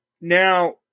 Now